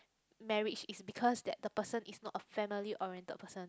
marriage is because that the person is not a family oriented person